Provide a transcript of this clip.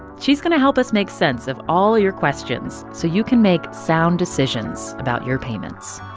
she's going to help us make sense of all your questions so you can make sound decisions about your payments